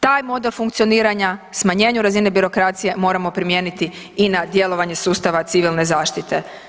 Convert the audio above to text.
Taj model funkcioniranja smanjenju razine birokracije moramo primijeniti i na djelovanje sustava civilne zaštite.